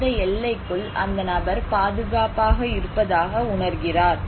அந்த எல்லைக்குள் அந்த நபர் பாதுகாப்பாக இருப்பதாக உணர்கிறார்